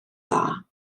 dda